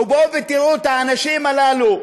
בואו ותראו את האנשים הללו.